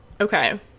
okay